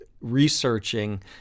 researching